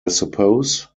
suppose